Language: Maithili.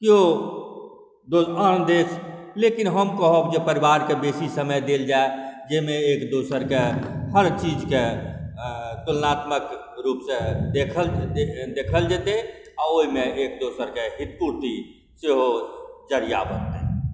किओ दोसर आन देश लेकिन हम कहब जे परिवारकेँ बेसी समय देल जाय जाहिमे एक दोसरकेँ हर चीजकेँ तुलनात्मक रूपसँ देखल जेतै आओर ओहिमे एक दोसरके हित पूर्ति सेहो जरिया बनतनि